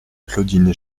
claudine